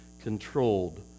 controlled